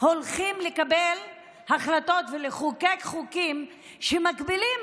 הולכים לקבל החלטות ולחוקק חוקים שמגבילים